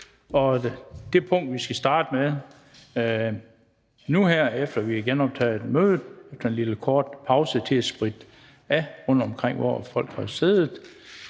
Den fg. formand (Bent Bøgsted): Så genoptager vi mødet efter en lille kort pause til at spritte af rundtomkring, hvor folk har siddet.